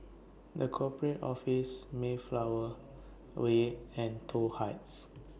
The Corporate Office Mayflower Way and Toh Heights